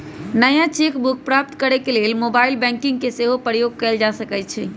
नया cheque book प्राप्त करेके लेल मोबाइल बैंकिंग के सेहो प्रयोग कएल जा सकइ छइ